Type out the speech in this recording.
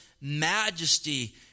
majesty